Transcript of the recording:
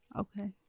Okay